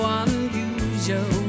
unusual